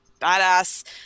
badass